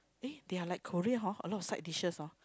eh they are like Korea hor a lot of side dishes hor